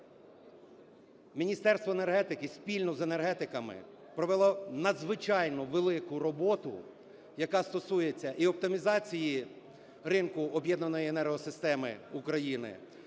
Міністерство енергетики спільно з енергетиками провело надзвичайно велику роботу, яка стосується і оптимізації ринку Об'єднаної енергосистеми України,